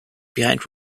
behind